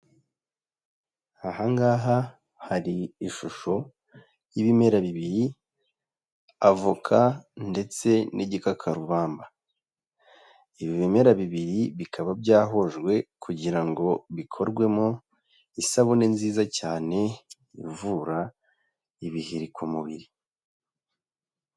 Aha ngaha hari ishusho y'ibimera bibiri, avoka ndetse n'igikarubamba; ibi bimera bibiri bikaba byahujwe, kugira ngo bikorwemo isabune nziza cyane ivura ibiheri ku mubiri.